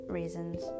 reasons